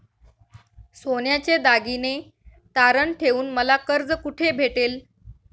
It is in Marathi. सोन्याचे दागिने तारण ठेवून मला कर्ज कुठे भेटेल?